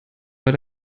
war